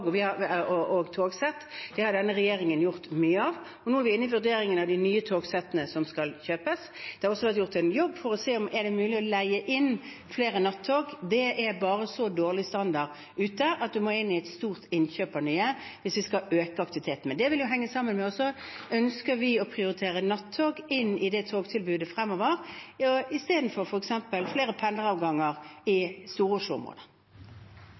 og togsett. Det har denne regjeringen gjort mye av. Og nå er vi inne i vurderingen av de nye togsettene som skal kjøpes. Det har også vært gjort en jobb for å se om det er mulig å leie inn flere nattog. Det er bare så dårlig standard ute at man må inn i et stort innkjøp av nye hvis vi skal øke aktiviteten. Men det vil jo også henge sammen med om vi ønsker å prioritere nattog inn i det togtilbudet fremover istedenfor f.eks. flere pendleravganger i